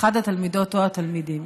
או התלמידים,